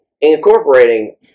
incorporating